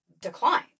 decline